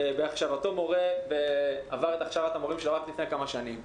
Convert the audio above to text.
בהכשרתו מורה ועבר את הכשרת ההוראה שלו רק לפני כמה שנים,